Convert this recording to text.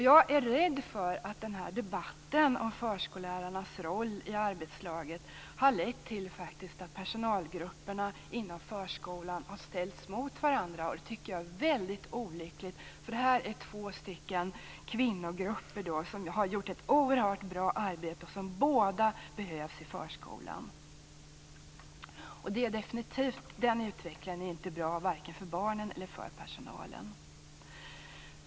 Jag är rädd för att den här debatten om förskollärarnas roll i arbetslaget faktiskt har lett till att personalgrupperna inom förskolan har ställts mot varandra. Det tycker jag är väldigt olyckligt, för det här är två kvinnogrupper som har gjort ett oerhört bra arbete och som båda behövs i förskolan. Den utvecklingen är definitivt inte bra för vare sig barnen eller personalen.